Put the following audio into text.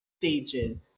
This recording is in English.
stages